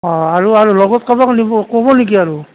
অঁ আৰু আৰু লগত কাৰোবাক নিব ক'ব নেকি আৰু